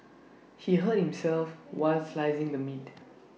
he hurt himself while slicing the meat